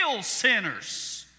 sinners